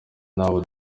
nabo